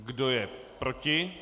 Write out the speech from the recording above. Kdo je proti?